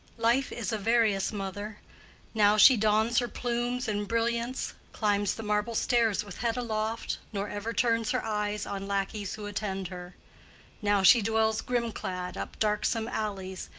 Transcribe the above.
life is a various mother now she dons her plumes and brilliants, climbs the marble stairs with head aloft, nor ever turns her eyes on lackeys who attend her now she dwells grim-clad, up darksome alleys,